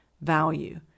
value